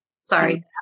Sorry